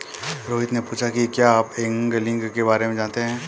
रोहित ने पूछा कि क्या आप एंगलिंग के बारे में जानते हैं?